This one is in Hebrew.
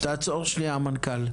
תעצור שניה המנכ"ל.